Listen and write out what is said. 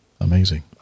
Amazing